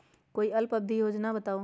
कोई अल्प अवधि योजना बताऊ?